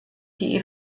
die